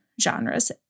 genres